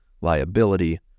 liability